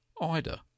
Ida